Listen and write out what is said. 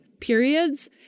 periods